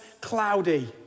cloudy